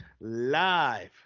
live